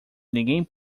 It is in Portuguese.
ninguém